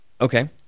okay